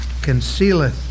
concealeth